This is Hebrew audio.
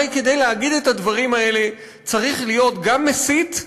הרי כדי להגיד את הדברים האלה צריך להיות גם מסית,